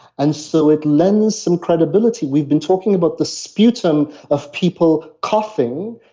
and so it lends some credibility. we've been talking about the sputum of people coughing,